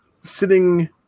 sitting